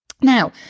Now